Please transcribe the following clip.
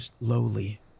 lowly